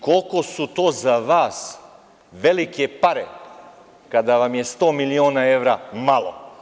Koliko su to za vas velike pare kada vam je 100 miliona evra malo?